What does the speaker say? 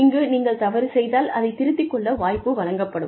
இங்கு நீங்கள் தவறு செய்தால் அதைத் திருத்திக் கொள்ள வாய்ப்பு வழங்கப்படும்